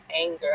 anger